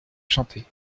chanter